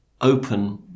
open